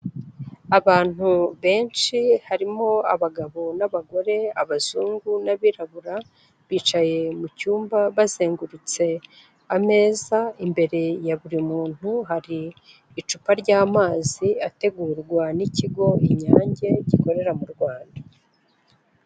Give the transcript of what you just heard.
Abantu benshi harimo abagabo n'abagore abazungu n'abirabura bicaye mu cyumba bazengurutse ameza imbere ya buri muntu hari icupa ry'amazi ategurwa n'ikigo i inyange gikorera mu rwanda.